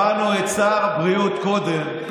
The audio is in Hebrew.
שמענו את שר הבריאות קודם,